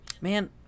Man